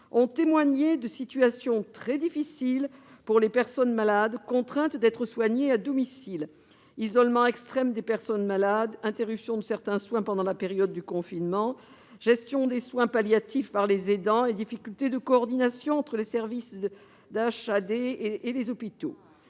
ont témoigné de situations très difficiles pour les personnes malades, contraintes d'être soignées à domicile : isolement extrême, interruption de certains soins pendant la période du confinement, gestion des soins palliatifs par les aidants et difficile coordination entre les services d'hospitalisation